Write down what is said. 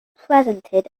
presented